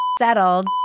settled